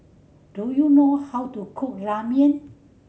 do you know how to cook Ramen